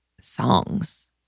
songs